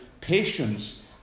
patience